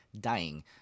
dying